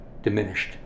diminished